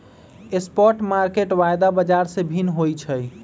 spot market वायदा बाजार से भिन्न होइ छइ